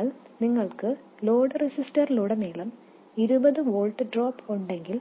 അതിനാൽ നിങ്ങൾക്ക് ലോഡ് റെസിസ്റ്ററിലുടനീളം ഇരുപത് വോൾട്ട് ഡ്രോപ്പ് ഉണ്ടെങ്കിൽ